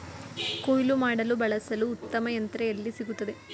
ಕುಯ್ಲು ಮಾಡಲು ಬಳಸಲು ಉತ್ತಮ ಯಂತ್ರ ಎಲ್ಲಿ ಸಿಗುತ್ತದೆ?